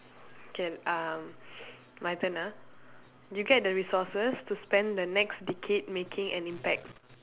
can uh my turn ah you get the resources to spend the next decade making an impact